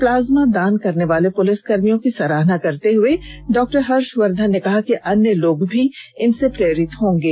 plasma दान करने वाले पुलिसकर्मियों की सराहना करते हुए डॉ हर्षवर्धन ने कहा कि अन्य लोग भी इनसे प्रेरित होंगे